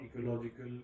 ecological